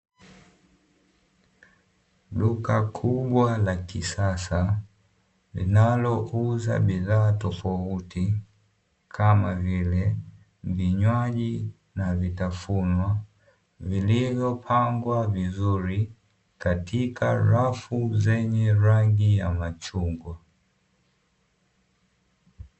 Duka kubwa la kisasa linalouza bidhaa tofauti kama vile vinywaji na vitafunwa, vilivyopangwa vizuri katika rafu zenye rangi ya machungwa.